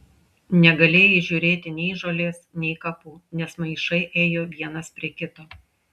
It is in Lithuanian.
negalėjai įžiūrėti nei žolės nei kapų nes maišai ėjo vienas prie kito